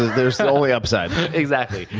there's only upside. exactly,